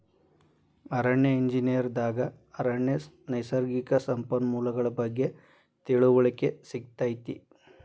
ಅರಣ್ಯ ಎಂಜಿನಿಯರ್ ದಾಗ ಅರಣ್ಯ ನೈಸರ್ಗಿಕ ಸಂಪನ್ಮೂಲಗಳ ಬಗ್ಗೆ ತಿಳಿವಳಿಕೆ ಸಿಗತೈತಿ